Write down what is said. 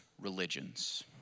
religions